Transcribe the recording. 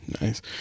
Nice